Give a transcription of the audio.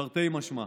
תרתי משמע.